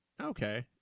Okay